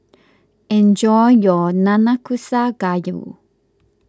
enjoy your Nanakusa Gayu